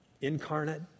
incarnate